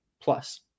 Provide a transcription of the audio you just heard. plus